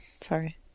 Sorry